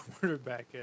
quarterback